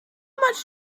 much